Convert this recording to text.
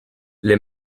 les